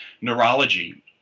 neurology